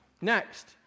Next